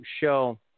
show